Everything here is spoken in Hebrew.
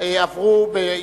32 ו-36,